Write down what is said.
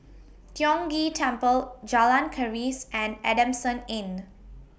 Tiong Ghee Temple Jalan Keris and Adamson Inn